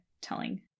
telling